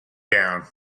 down